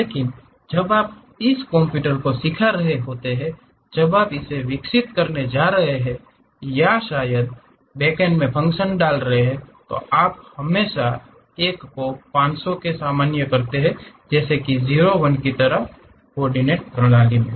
लेकिन जब आप इसे कंप्यूटर को सिखा रहे होते हैं जब आप इसे विकसित करने जा रहे होते हैं या शायद बैकेण्ड मे फंकशन डाल रहे हो तो आप हमेशा इस एक को 500 को सामान्य करते हैं जैसे की 0 1 तरह की को ओर्डिनेट प्रणाली मे